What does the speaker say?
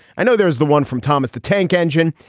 i know there's the one from thomas the tank engine,